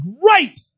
great